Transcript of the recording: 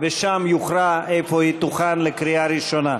ושם יוכרע איפה היא תוכן לקריאה הראשונה.